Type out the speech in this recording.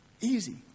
Easy